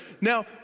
Now